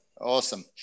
Awesome